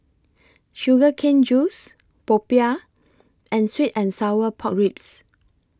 Sugar Cane Juice Popiah and Sweet and Sour Pork Ribs